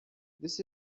this